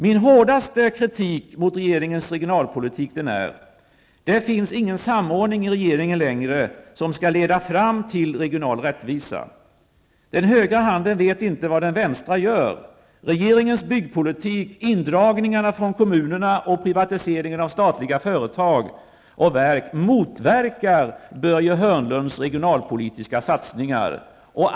Min hårdaste kritik mot regeringens regionalpolitik är att det inte längre finns någon samordning i regeringen som skall leda fram till regional rättvisa. Den högra handen vet inte vad den vänstra gör. Regeringens byggpolitik, indragningarna från kommunerna och privatiseringen av statliga företag och verk motverkar Börje Hörnlunds regionalpolitiska satsningar.